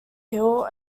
hall